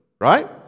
right